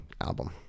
album